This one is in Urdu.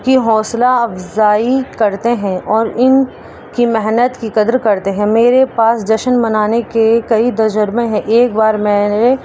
کی حوصلہ افزائی کرتے ہیں اور ان کی محنت کی قدر کرتے ہیں میرے پاس جشن منانے کے کئی تجربے ہیں ایک بار میں نے